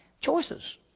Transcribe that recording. Choices